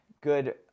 good